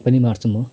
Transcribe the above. पनि मार्छु म